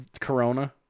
corona